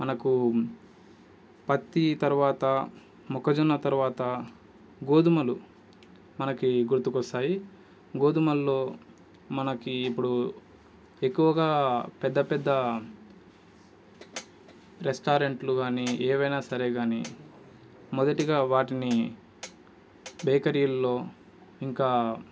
మనకు పత్తి తర్వాత మొక్కజొన్న తర్వాత గోధుమలు మనకి గుర్తుకొస్తాయి గోధుమల్లో మనకి ఇప్పుడు ఎక్కువగా పెద్ద పెద్ద రెస్టారెంట్లు గానీ ఏవైనా సరే గానీ మొదటిగా వాటిని బేకరీల్లో ఇంకా